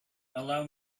allow